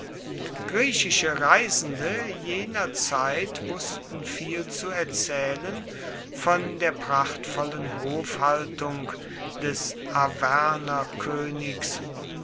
griechische reisende jener zeit wußten viel zu erzählen von der prachtvollen hofhaltung des